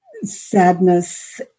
Sadness